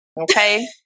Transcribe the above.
okay